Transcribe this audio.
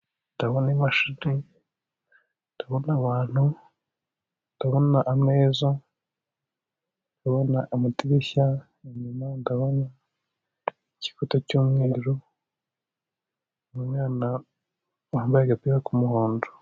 Ndabona imashini, ndabona abantu, ndabona ameza, ndabona amadirishya, inyuma ndabona ikikuta cy'umweru, umwana wambaye agapira k'umuhondo.